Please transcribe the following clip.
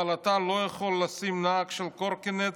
אבל אתה לא יכול לשים נהג של קורקינט